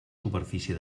superfície